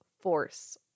force